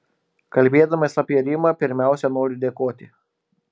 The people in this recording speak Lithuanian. kalbėdamas apie rimą pirmiausia noriu dėkoti